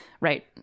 Right